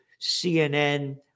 CNN